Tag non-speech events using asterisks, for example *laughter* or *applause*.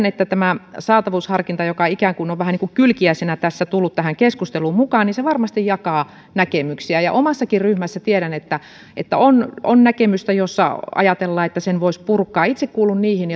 *unintelligible* että tämä saatavuusharkinta joka ikään kuin on vähän niin kuin kylkiäisenä tässä tullut tähän keskusteluun mukaan varmasti jakaa näkemyksiä omassakin ryhmässä tiedän että että on on näkemystä jossa ajatellaan että sen voisi purkaa itse kuulun niihin *unintelligible*